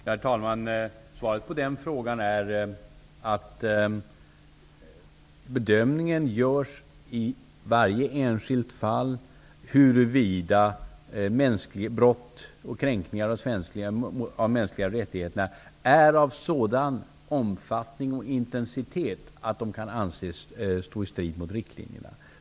Herr talman! Svaret på den frågan är att bedömning görs i varje enskilt fall av huruvida brott mot och kränkningar av de mänskliga rättigheterna är av sådan omfattning och intensitet att de kan anses stå i strid med riktlinjerna.